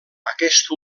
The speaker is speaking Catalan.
aquest